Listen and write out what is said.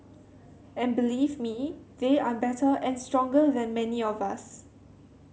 and believe me they are better and stronger than many of us